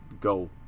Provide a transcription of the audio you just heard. go